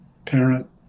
parent